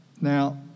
Now